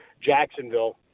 Jacksonville